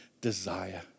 desire